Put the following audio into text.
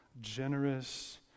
generous